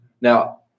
Now